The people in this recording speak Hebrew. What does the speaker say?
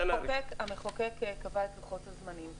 המחוקק קבע את לוחות הזמנים.